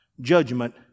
judgment